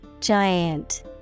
Giant